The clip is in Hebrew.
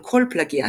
על כל פלגיה,